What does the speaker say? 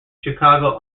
chicago